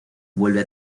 vuelve